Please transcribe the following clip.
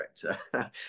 director